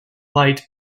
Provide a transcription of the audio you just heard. light